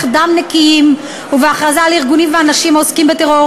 דם נקיים ובהכרזה על ארגונים ואנשים העוסקים בטרור,